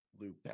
loop